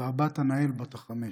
והבת אנאל בת החמש.